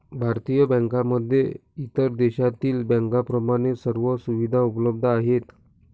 भारतीय बँकांमध्ये इतर देशातील बँकांप्रमाणे सर्व सुविधा उपलब्ध आहेत